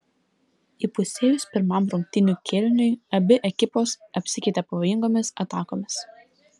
įpusėjus pirmam rungtynių kėliniui abi ekipos apsikeitė pavojingomis atakomis